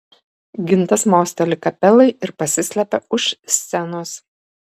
gintas mosteli kapelai ir pasislepia už scenos